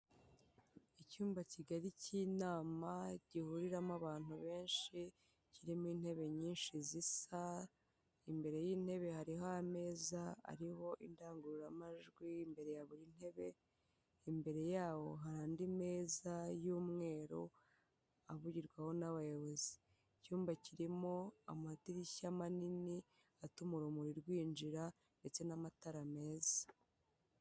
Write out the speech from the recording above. Icyumba kigari cy'inama gihuriramo abantu benshi, kirimo intebe nyinshi zisa, imbere y'intebe hariho ameza ariho indangururamajwi, imbere ya buri ntebe, imbere yawo hari andi meza y'umweru, aburirwaho n'Abayobozi. Icyumba kirimo amadirishya manini atuma urumuri rwinjira ndetse n'amatara meza.